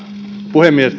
puhemies